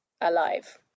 Alive